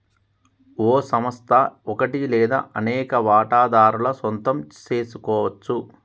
ఓ సంస్థ ఒకటి లేదా అనేక వాటాదారుల సొంతం సెసుకోవచ్చు